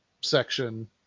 section